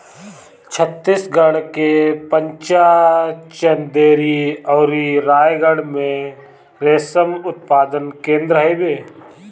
छतीसगढ़ के चंपा, चंदेरी अउरी रायगढ़ में रेशम उत्पादन केंद्र हवे